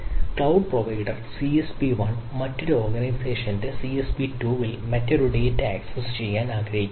cloud പ്രൊവൈഡറുകളിൽ മറ്റൊരു data access ചെയ്യാൻ ആഗ്രഹിക്കുന്ന